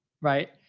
right